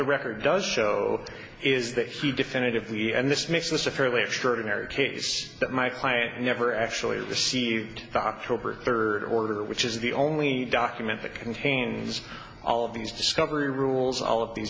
record does show is that he definitively and this makes this a fairly extraordinary case that my client never actually received the october third order which is the only document that contains all of these discovery rules all of these